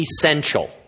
essential